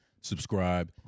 subscribe